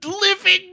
living